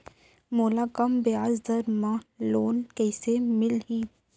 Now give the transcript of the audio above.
मोला कम ब्याजदर में लोन कइसे मिलही?